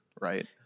Right